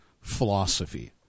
philosophy